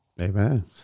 Amen